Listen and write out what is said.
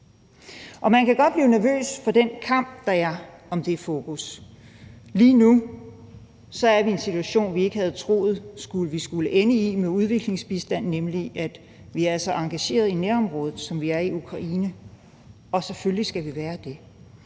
Man kan godt blive nervøs for den kamp, der er om det fokus. Lige nu er vi i en situation, vi ikke havde troet vi skulle ende i, med udviklingsbistand, nemlig at vi er så engageret i nærområdet, som vi er i Ukraine, og selvfølgelig skal vi være det.